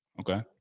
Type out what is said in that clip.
Okay